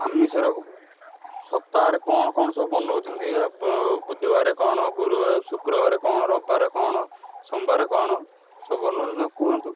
ଆମିଷରେ ସପ୍ତାହରେ କ'ଣ କ'ଣ ସବୁ ବନାଉଛନ୍ତି ଏ ବୁଧୁବାରରେ କ'ଣ ଗୁରୁବାର ଶୁକ୍ରବାରରେ କ'ଣ ରବିବାରରେ କ'ଣ ସୋମବାରରେ କ'ଣ ସବୁ ବନାଉଛନ୍ତି କୁହନ୍ତୁ